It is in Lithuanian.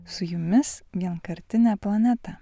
su jumis vienkartinė planeta